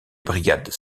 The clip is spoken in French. brigades